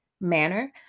manner